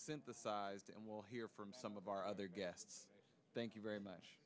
synthesised and we'll hear from some of our other guests thank you very much